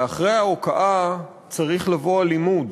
ואחרי ההוקעה צריך לבוא הלימוד,